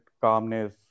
calmness